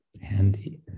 handy